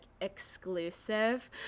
exclusive